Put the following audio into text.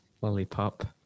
Lollipop